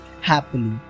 happily